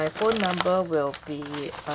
my phone number will be uh